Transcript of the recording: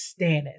stannis